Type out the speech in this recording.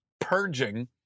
purging